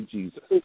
Jesus